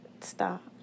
Stop